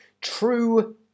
True